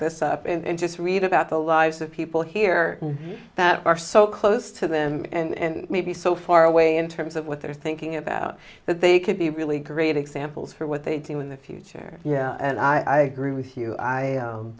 this up and just read about the lives of people here that are so close to them and may be so far away in terms of what they're thinking about that they could be really great examples for what they do in the future yeah and i agree with you i